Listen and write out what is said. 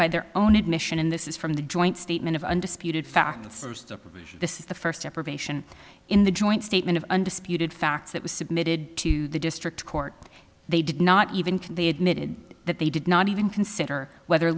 by their own admission and this is from the joint statement of undisputed facts this is the first operation in the joint statement of undisputed facts that was submitted to the district court they did not even they admitted that they did not even consider whether